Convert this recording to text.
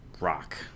rock